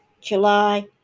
July